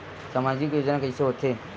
सामजिक योजना कइसे होथे?